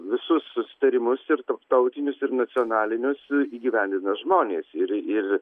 visus susitarimus ir tarptautinius ir nacionalinius įgyvendina žmonės ir ir